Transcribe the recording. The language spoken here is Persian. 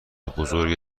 بزرگ